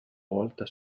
volta